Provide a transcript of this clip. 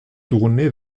tournée